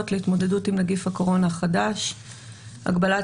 להתמודדות עם נגיף הקורונה החדש (הוראת שעה) (הגבלת